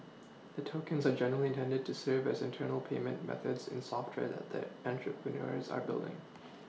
the tokens are generally intended to serve as internal payment methods in software that the entrepreneurs are building